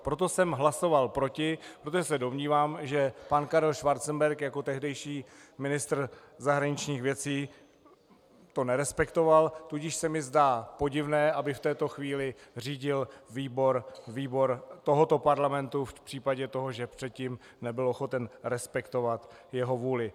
Proto jsem hlasoval proti, protože se domnívám, že pan Karel Schwarzenberg jako tehdejší ministr zahraničních věcí to nerespektoval, tudíž se mi zdá podivné, aby v této chvíli řídil výbor tohoto parlamentu v případě toho, že předtím nebyl ochoten respektovat jeho vůli.